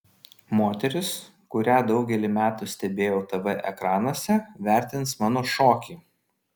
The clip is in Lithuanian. moteris kurią daugelį metų stebėjau tv ekranuose vertins mano šokį